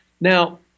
Now